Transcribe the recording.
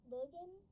Logan